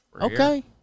Okay